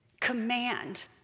command